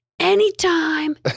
anytime